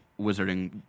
wizarding